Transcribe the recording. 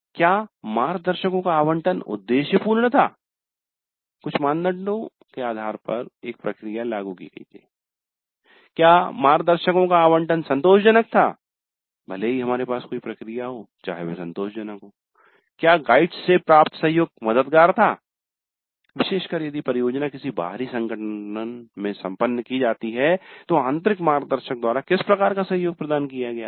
क्या मार्गदर्शको का आवंटन उद्देश्यपूर्ण था कुछ मानदंडों के आधार पर एक प्रक्रिया लागू की गई थी क्या मार्गदर्शको का आवंटन संतोषजनक था भले ही हमारे पास कोई प्रक्रिया हो चाहे वह संतोषजनक हो क्या गाइड से प्राप्त सहयोग मददगार था विशेषकर यदि परियोजना किसी बाहरी संगठन में संपन्न की जाती है तो आंतरिक मार्गदर्शक द्वारा किस प्रकार का सहयोग प्रदान किया गया था